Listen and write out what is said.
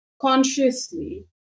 consciously